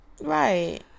Right